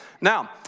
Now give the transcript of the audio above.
Now